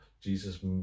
Jesus